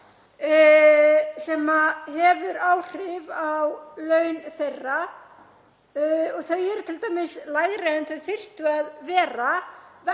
sem hefur áhrif á laun þeirra. Þau eru t.d. lægri en þau þyrftu að vera